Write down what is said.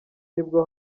nibwo